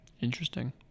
Interesting